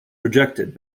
rejected